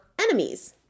enemies